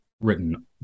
written